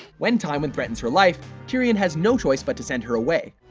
when tywin threatens her life, tyrion has no choice but to send her away.